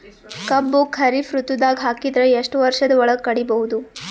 ಕಬ್ಬು ಖರೀಫ್ ಋತುದಾಗ ಹಾಕಿದರ ಎಷ್ಟ ವರ್ಷದ ಒಳಗ ಕಡಿಬಹುದು?